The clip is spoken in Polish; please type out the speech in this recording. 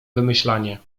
wymyślanie